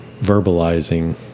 verbalizing